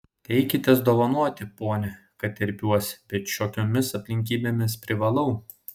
teikitės dovanoti pone kad terpiuosi bet šiokiomis aplinkybėmis privalau